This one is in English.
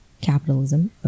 capitalism